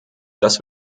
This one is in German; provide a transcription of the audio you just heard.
das